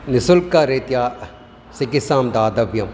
निश्शुल्करीत्या चिकित्सां दातव्यम्